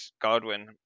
Godwin